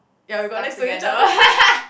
ya we got next to each other